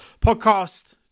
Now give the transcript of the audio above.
podcast